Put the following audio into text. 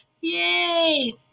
Yay